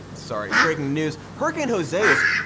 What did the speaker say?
sorry, breaking news hurricane jose has,